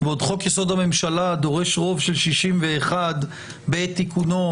בעוד חוק יסוד: הממשלה דורש רוב של 61 בעת תיקונו,